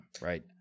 right